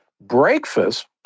breakfast